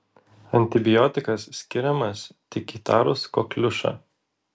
antibiotikas skiriamas tik įtarus kokliušą